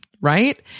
right